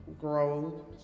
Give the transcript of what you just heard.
grow